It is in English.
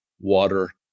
water